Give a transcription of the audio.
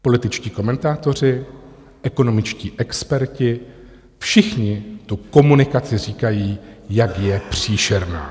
Političtí komentátoři, ekonomičtí experti, všichni o té komunikaci říkají, jak je příšerná.